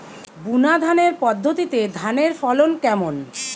বুনাধানের পদ্ধতিতে ধানের ফলন কেমন?